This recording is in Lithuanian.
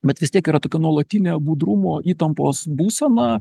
bet vis tiek yra tokia nuolatinė budrumo įtampos būsena